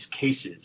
cases